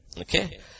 Okay